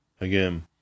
Again